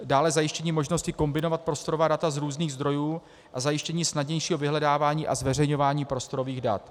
Dále zajištění možnosti kombinovat prostorová data z různých zdrojů a zajištění snadnějšího vyhledávání a zveřejňování prostorových dat.